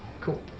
Cool